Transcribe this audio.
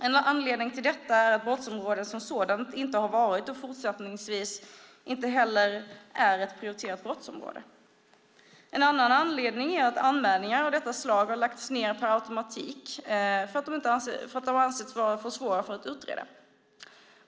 En anledning till detta är att brottsområdet som sådant inte har varit, och fortsättningsvis inte heller är, ett prioriterat brottsområde. En annan anledning är att anmälningar av detta slag har lagts ned per automatik för att de ansetts vara för svåra att utreda.